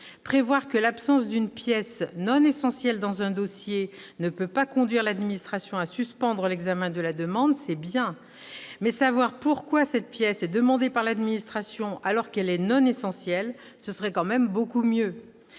prévoir que l'absence d'une pièce non essentielle dans un dossier ne peut pas conduire l'administration à suspendre l'examen de la demande, c'est bien, mais savoir pourquoi cette pièce est demandée par l'administration, alors qu'elle n'est pas essentielle, serait tout de même beaucoup mieux